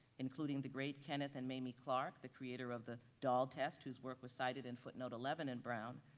including the great kenneth and mamie clark, the creator of the doll test whose work was cited in footnote eleven in brown.